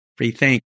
rethink